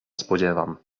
spodziewam